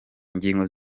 ingingo